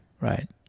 Right